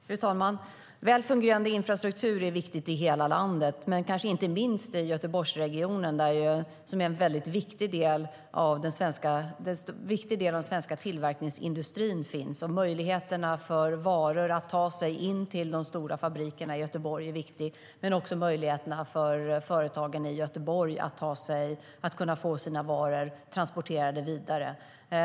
Fru talman! Väl fungerande infrastruktur är viktigt i hela landet men kanske inte minst i Göteborgsregionen, där en viktig del av den svenska tillverkningsindustrin finns. Möjligheterna för varor att ta sig in till de stora fabrikerna i Göteborg är viktig, liksom möjligheterna för företagen i Göteborg att få sina varor transporterade vidare.